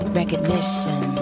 recognition